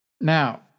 Now